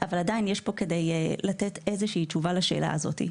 אבל עדיין יש פה כדי לתת איזושהי תשובה לשאלה הזאת.